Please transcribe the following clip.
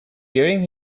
during